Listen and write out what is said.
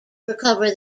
recover